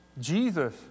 Jesus